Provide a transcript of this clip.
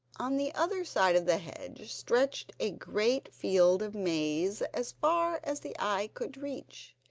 on the other side of the hedge stretched a great field of maize as far as the eye could reach,